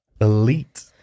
elite